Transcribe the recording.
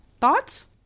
Thoughts